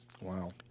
Wow